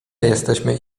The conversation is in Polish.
jesteśmy